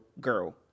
girl